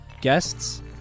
guests